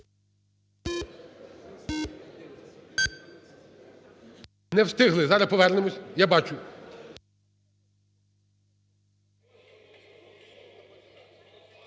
Не встигли. Зараз повернемось, я бачу.